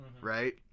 right